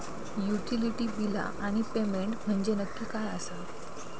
Utility बिला आणि payment म्हंजे नक्की काय आसा?